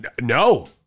No